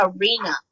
arena